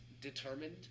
determined